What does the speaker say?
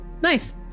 Nice